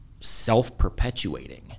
self-perpetuating